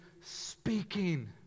speaking